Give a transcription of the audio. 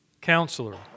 Counselor